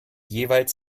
jeweils